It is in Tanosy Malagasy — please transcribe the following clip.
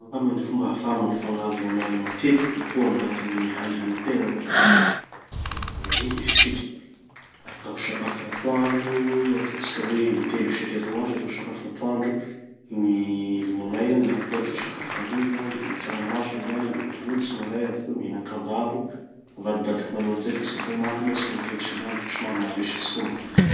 Angamba gny fomba ahafaha mampifangaro voamaina matetiky kokoa agnatin'ny gny hany hanitegna da, ino izy tiky, atao sakafo atoandro, ataotsika hoe intelo isan-kerinandro, atao sakafo atoandro gny voamaina. Na koa atao sakafo hariva. Mihina tsaramaso androany, mihina lojy maray, avy teo mihina kabaro. Avadibadiky manao anizay fa tsy atao maro loatsy intelo isanandro fa somary mavesatsy manko izy io.